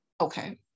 Okay